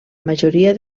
majoria